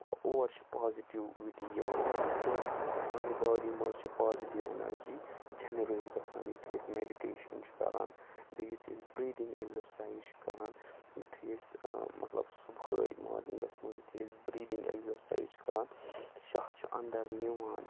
اور چھِ پازِٹِووِٹی یِوان سٲنِس سانہِ باڈی مَنٛز چھِ پازِٹِو ایٚنرجی جَنریٹ گَژھان یُتھُے أسۍ میٚڈِٹیشَن چھِ کَران بیٚیہِ یُتھُے أسۍ بریٖدِنٛگ ایٚگزَرسایِز چھِ کَران یتھُے أسۍ ٲں مطلب صُبحٲے مارنِنٛگَس منٛز یُتھُے أسۍ بریٖدِنٛگ ایٚگزَرسایِز چھِ کَران شاہ چھِ انٛدر نِوان